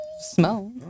smell